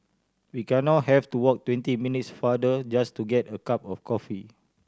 we get now have to walk twenty minutes farther just to get a cup of coffee